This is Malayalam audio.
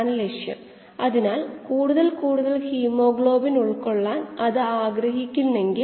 ഇൻ ലറ്റ് ഔട്ട്ലെറ്റ് ഒഴുക്കുകൾ തമ്മിൽ തീർച്ചയായും ഒരു വ്യത്യാസമുണ്ടാകും നമ്മൾ അത് നിഷേധിക്കുന്നില്ല